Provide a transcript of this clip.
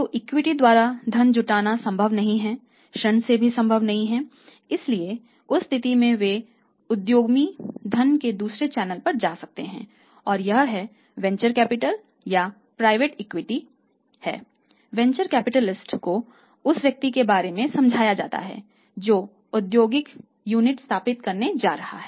तो इक्विटी को उस व्यक्ति के बारे में समझाया जाता है जो औद्योगिक यूनिट स्थापित करने जा रहा है